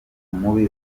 mubi